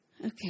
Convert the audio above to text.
Okay